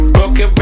Broken